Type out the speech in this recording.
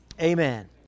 amen